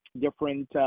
different